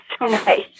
nice